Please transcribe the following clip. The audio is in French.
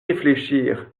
réfléchir